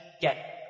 get